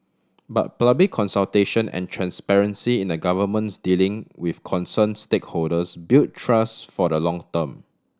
but public consultation and transparency in the Government's dealing with concern stakeholders build trust for the long term